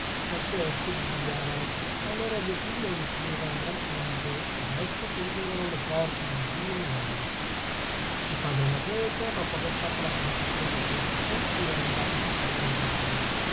scontro anche essi bisbigliavano ma il loro bisbiglio decideva un gran punto e da esso pendevano le sorti di due uomini il padre anacleto dopo fatta la presentazione dei suoi assistenti era andato a passeggiare in giardino